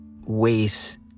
ways